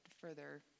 further